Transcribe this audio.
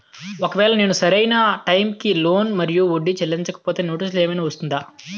ఒకవేళ నేను సరి అయినా టైం కి లోన్ మరియు వడ్డీ చెల్లించకపోతే నోటీసు ఏమైనా వస్తుందా?